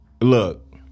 look